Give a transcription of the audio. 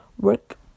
Work